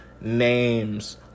names